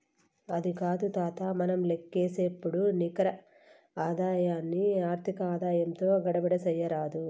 అది కాదు తాతా, మనం లేక్కసేపుడు నికర ఆదాయాన్ని ఆర్థిక ఆదాయంతో గడబిడ చేయరాదు